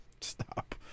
Stop